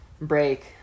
break